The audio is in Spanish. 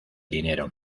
dinero